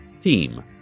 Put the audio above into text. Team